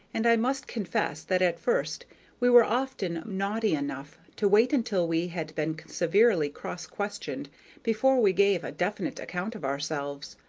and i must confess that at first we were often naughty enough to wait until we had been severely cross-questioned before we gave a definite account of ourselves.